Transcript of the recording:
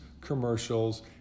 commercials